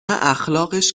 اخلاقش